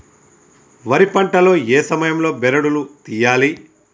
వరి పంట లో ఏ సమయం లో బెరడు లు తియ్యాలి?